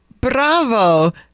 Bravo